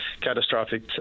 catastrophic